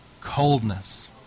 Coldness